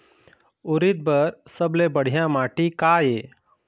उरीद बर सबले बढ़िया माटी का ये?